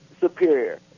superior